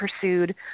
pursued